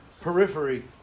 periphery